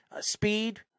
Speed